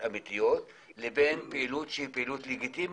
אמיתיות לבין פעילות שהיא פעילות לגיטימית?